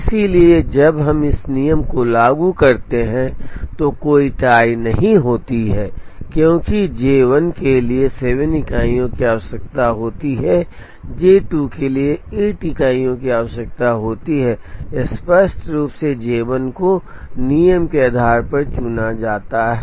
इसलिए जब हम इस नियम को लागू करते हैं तो कोई टाई नहीं होती है क्योंकि J 1 के लिए 7 इकाइयों की आवश्यकता होती है J 2 के लिए आठ इकाइयों की आवश्यकता होती है स्पष्ट रूप से J 1 को नियम के आधार पर चुना जाता है